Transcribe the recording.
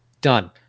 done